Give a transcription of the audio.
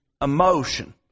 emotion